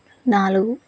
నాలుగు